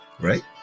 Right